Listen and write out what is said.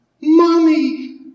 Mommy